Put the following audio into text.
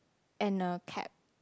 and a cap